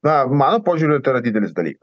na mano požiūriu tai yra didelis dalykas